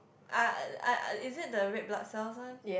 ah ah is it the red blood cells one